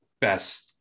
best